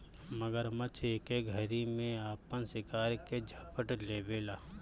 मगरमच्छ एके घरी में आपन शिकार के झपट लेवेला